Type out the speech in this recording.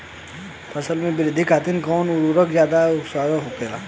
फसल के वृद्धि खातिन कवन उर्वरक ज्यादा असरदार होखि?